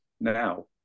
Now